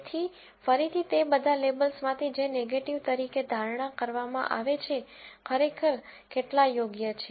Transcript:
તેથી ફરીથી તે બધા લેબલ્સમાંથી જે નેગેટીવ તરીકે ધારણા કરવામાં આવે છે ખરેખર કેટલા યોગ્ય છે